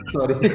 Sorry